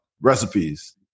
recipes